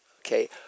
okay